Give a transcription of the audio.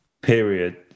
period